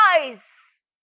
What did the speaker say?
eyes